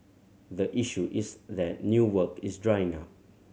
the issue is that new work is drying up